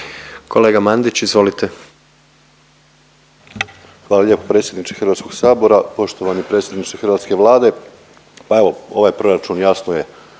**Mandić, Damir (HDZ)** Hvala lijepo predsjedniče HS-a. Poštovani predsjedniče hrvatske Vlade. Pa evo ovaj proračun jasno je,